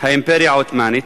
האימפריה העות'מאנית,